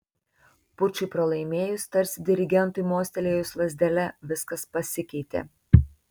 pučui pralaimėjus tarsi dirigentui mostelėjus lazdele viskas pasikeitė